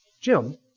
Jim